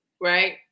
right